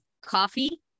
coffee